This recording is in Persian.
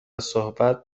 صحبت